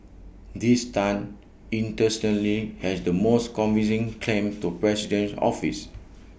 this Tan interestingly has the most convincing claim to presidential office